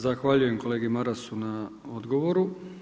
Zahvaljujem kolegi Marasu na odgovoru.